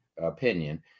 opinion